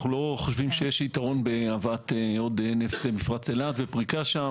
אנחנו לא חשובים שיש יתרון בהבאת עוד נפט למפרץ אילת ופריקה שם.